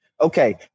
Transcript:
Okay